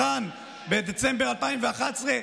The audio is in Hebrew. בדצמבר 2011,